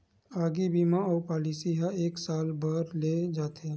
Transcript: आगी बीमा अउ पॉलिसी ह एक साल बर ले जाथे